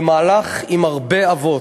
זה מהלך עם הרבה אבות.